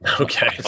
Okay